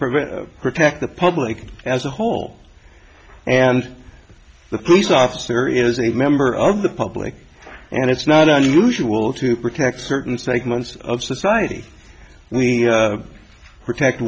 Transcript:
prevent protect the public as a whole and the police officer is a member of the public and it's not unusual to protect certain segments of society we protect